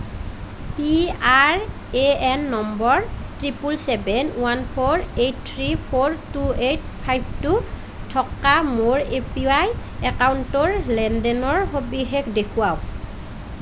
P R A N number triple seven one four eight three four two eight five two থকা মোৰ A P Y একাউণ্টটোৰ লেন দেনৰ সবিশেষ দেখুৱাওঁক